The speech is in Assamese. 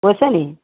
কৈছনি